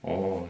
orh